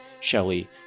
Shelley